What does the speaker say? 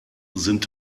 sind